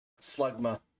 Slugma